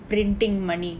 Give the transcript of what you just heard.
printing money